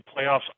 playoffs